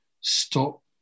Stop